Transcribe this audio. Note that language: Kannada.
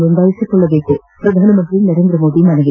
ನೋಂದಾಯಿಸಿಕೊಳ್ಳಬೇಕು ಪ್ರಧಾನಮಂತ್ರಿ ನರೇಂದ್ರ ಮೋದಿ ಮನವಿ